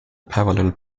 parallel